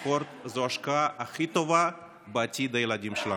ספורט זה ההשקעה הכי טובה בעתיד הילדים שלנו.